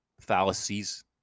fallacies